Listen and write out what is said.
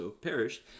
perished